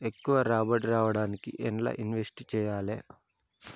ఎక్కువ రాబడి రావడానికి ఎండ్ల ఇన్వెస్ట్ చేయాలే?